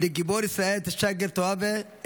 לגיבור ישראל טשאגר טוואבה,